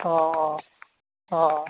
অঁ অঁ অঁ অঁ